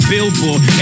Billboard